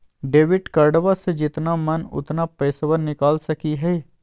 Debit कार्डबा से जितना मन उतना पेसबा निकाल सकी हय?